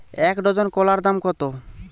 এক ডজন কলার দাম কত?